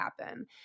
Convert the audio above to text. happen